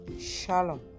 Shalom